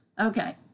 Okay